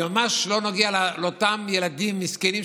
זה ממש לא נוגע לאותם ילדים מסכנים,